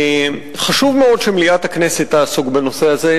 חשוב מאוד שמליאת הכנסת תעסוק בנושא הזה.